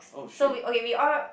so we okay we all